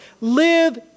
Live